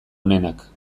onenak